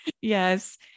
Yes